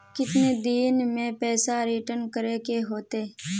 कितने दिन में पैसा रिटर्न करे के होते?